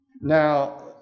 Now